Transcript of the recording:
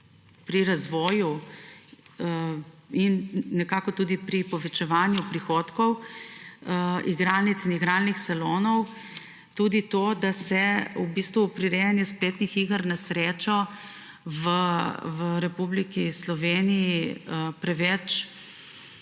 pri razvoju in tudi pri povečevanju prihodkov igralnic in igralnih salonov. To, da se prirejanje spletnih iger na srečo v Republiki Sloveniji preveč